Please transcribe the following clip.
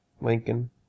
Lincoln